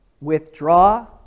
withdraw